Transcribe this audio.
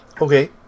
Okay